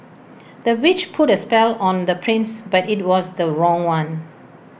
the witch put A spell on the prince but IT was the wrong one